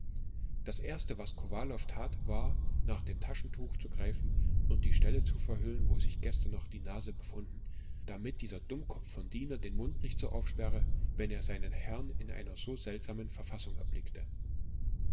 das erste was kowalow tat war nach dem taschentuch zu greifen und die stelle zu verhüllen wo sich gestern noch die nase befunden damit dieser dummkopf von diener den mund nicht so aufsperre wenn er seinen herrn in einer so seltsamen verfassung erblickte